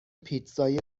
پیتزای